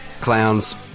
clowns